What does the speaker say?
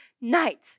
night